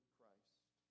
Christ